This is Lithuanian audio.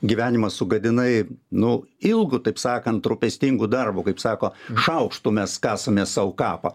gyvenimą sugadinai nu ilgu taip sakant rūpestingu darbu kaip sako šaukštu mes kasame sau kapą